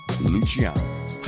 luciano